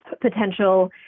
potential